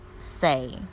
say